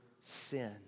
sin